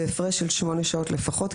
בהפרש של 8 שעות לפחות,